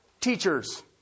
Teachers